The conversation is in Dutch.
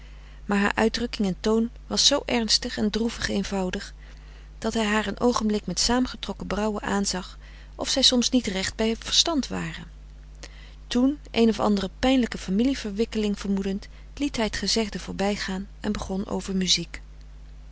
maar haar uitdrukking en toon was zoo ernstig en droevig eenvoudig dat hij haar een oogenblik met saamgetrokken brauwen aanzag of zij soms niet recht bij verstand ware toen een of andere pijnlijke familieverwikkeling vermoedend liet hij t gezegde voorbijgaan en begon over muziek